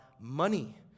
money